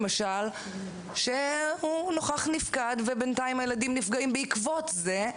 שהוא נוכח-נפקד ובינתיים הילדים נפגעים בעקבות זה,